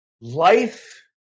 life